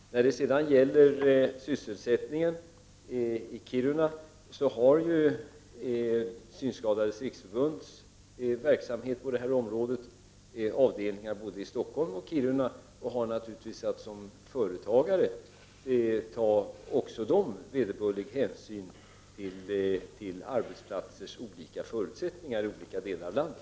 När det sedan gäller sysselsättningen i Kiruna har Synskadades riksförbund verksamhet på det här området med avdelningar både i Stockholm och Kiruna. Förbundet har naturligtvis att som företagare ta vederbörlig hänsyn till arbetsplatsers olika förutsättningar i olika delar av landet.